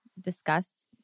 discuss